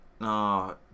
No